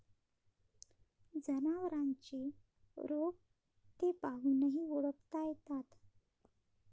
जनावरांचे रोग ते पाहूनही ओळखता येतात